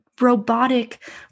robotic